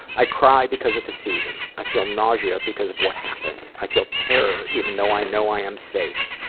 i cry because of the season. i feel nausea because of what happened. i feel terror, even though i know i am safe.